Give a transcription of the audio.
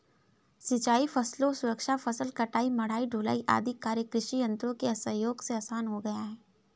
सिंचाई फसलों की सुरक्षा, फसल कटाई, मढ़ाई, ढुलाई आदि कार्य कृषि यन्त्रों के सहयोग से आसान हो गया है